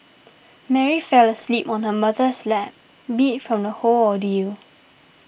Mary fell asleep on her mother's lap beat from the whole ordeal